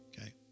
okay